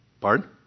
Pardon